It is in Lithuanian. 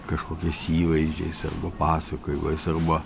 kažkokias įvaizdžiais arba pasakojimais arba